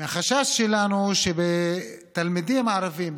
מהחשש שלנו שבתלמידים הערבים,